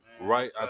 Right